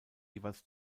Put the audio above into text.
jeweils